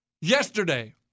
yesterday